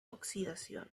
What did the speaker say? oxidación